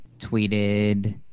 tweeted